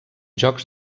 jocs